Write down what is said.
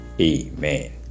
Amen